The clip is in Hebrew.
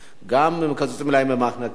גם מקצצים להם במענקי האיזון,